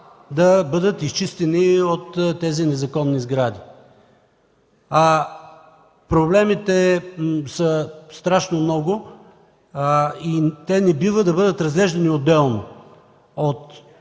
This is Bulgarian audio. да бъдат изчистени от тези незаконни сгради. Проблемите са страшно много и те не бива да бъдат разглеждани отделно.